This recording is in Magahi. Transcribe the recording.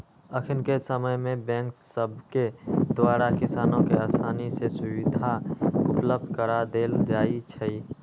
अखनिके समय में बैंक सभके द्वारा किसानों के असानी से सुभीधा उपलब्ध करा देल जाइ छइ